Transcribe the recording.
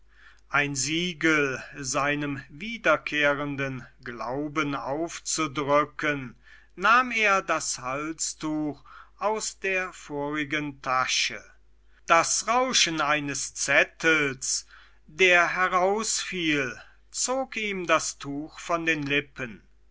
ein siegel seinem wiederkehrenden glauben aufzudrücken nahm er das halstuch aus der vorigen tasche das rauschen eines zettels der herausfiel zog ihm das tuch von den lippen